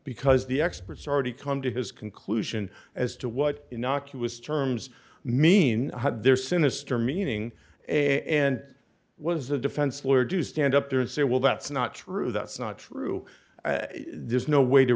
because the experts already come to his conclusion as to what innocuous terms mean there sinister meaning and it was a defense lawyer do stand up there and say well that's not true that's not true there's no way to